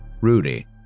Rudy